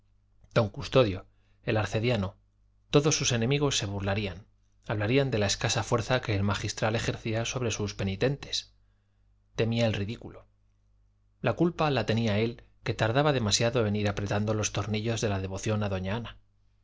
don custodio el arcediano todos sus enemigos se burlarían hablarían de la escasa fuerza que el magistral ejercía sobre sus penitentes temía el ridículo la culpa la tenía él que tardaba demasiado en ir apretando los tornillos de la devoción a doña ana